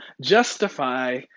justify